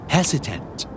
Hesitant